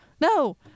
No